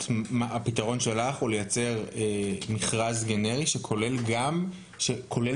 הפתרון שלך הוא לייצר מכרז גנרי שכולל בתוכו,